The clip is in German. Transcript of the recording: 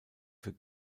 für